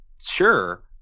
Sure